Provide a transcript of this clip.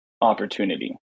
opportunity